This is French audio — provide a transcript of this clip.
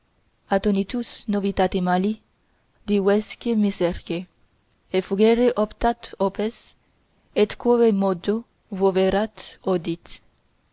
que tous nos